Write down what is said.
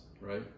right